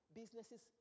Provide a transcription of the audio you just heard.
businesses